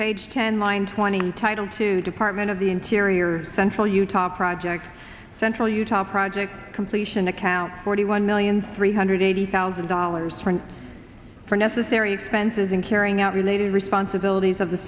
page ten line twenty title to department of the interior central utah project central utah project completion account forty one million three hundred eighty thousand dollars for necessary expenses in carrying out related responsibilities of the